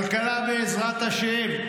כלכלה בעזרת השם.